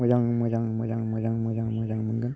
मोजां मोजां मोजां मोजां मोजां मोनगोन